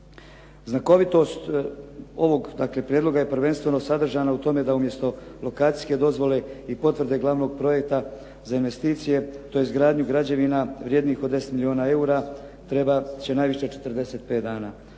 Znakovitost ovog prijedloga je prvenstveno sadržana u tome da umjesto lokacijske dozvole i potvrde glavnog projekta za investicije, tj. gradnju građevina vrjednijih od 10 milijuna eura trebati će najviše 45 dana,